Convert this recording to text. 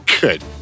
Good